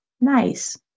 nice